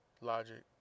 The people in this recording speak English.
Logic